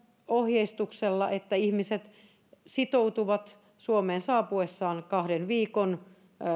ohjeistuksessa että ihmiset sitoutuvat suomeen saapuessaan kahden viikon